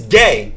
gay